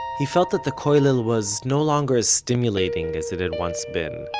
he felt that the koilel was no longer as stimulating as it had once been.